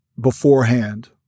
beforehand